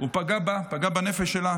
הוא פגע בה, פגע בנפש שלה.